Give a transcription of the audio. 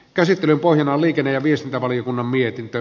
käsittelyn on liikenne ja viestintävaliokunnan mietintö